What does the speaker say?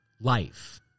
life